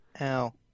Ow